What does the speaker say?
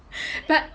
but